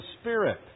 Spirit